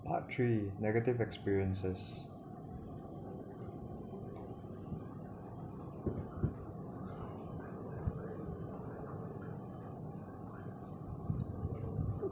part three negative experiences